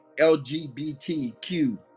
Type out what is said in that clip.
LGBTQ